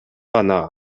гана